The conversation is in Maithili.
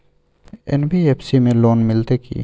एन.बी.एफ.सी में लोन मिलते की?